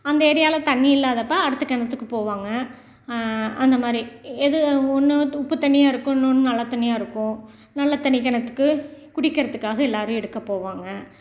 அந்த ஏரியாவில் தண்ணி இல்லாதப்போ அடுத்த கிணத்துக்கு போவாங்க அந்த மாதிரி எது ஒன்று உப்பு தண்ணியாக இருக்கும் இன்னொன்று நல்ல தண்ணியாக இருக்கும் நல்ல தண்ணி கிணத்துக்கு குடிக்கிறதுக்காக எல்லாேரும் எடுக்க போவாங்க